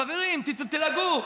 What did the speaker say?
חברים, תירגעו.